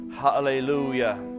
hallelujah